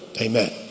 Amen